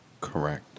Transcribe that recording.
correct